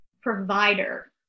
provider